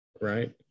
right